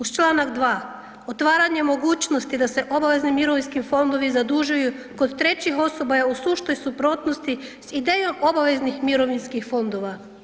Uz čl. 2. otvaranje mogućnosti da se obavezni mirovinski fondovi zadužuju kod trećih osoba je u suštoj suprotnosti s idejom obaveznih mirovinskih fondova.